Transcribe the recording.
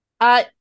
Uh-